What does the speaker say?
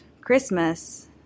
Christmas